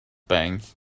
banks